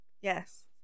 Yes